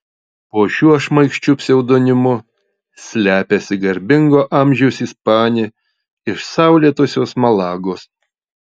po šiuo šmaikščiu pseudonimu slepiasi garbingo amžiaus ispanė iš saulėtosios malagos